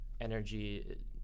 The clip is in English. energy